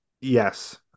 yes